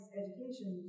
education